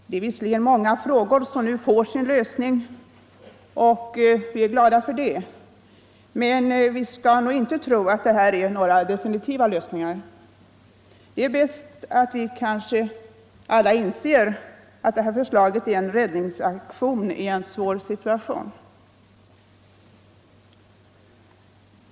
Det är visserligen många frågor som nu får sin lösning, och vi är glada för det, men vi skall nog inte tro att det är några definitiva lösningar. Det är bäst att vi alla inser att förslaget är en räddningsaktion i en svår situation.